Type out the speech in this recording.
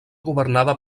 governada